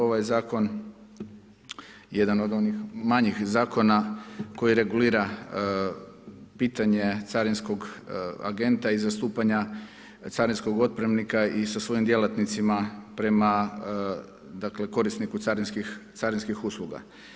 Ovaj zakon je jedan od onih manjih zakona koji regulira pitanje carinskog agenta i zastupanja carinskog otpremnika i sa svojim djelatnicima prema dakle korisniku carinskih usluga.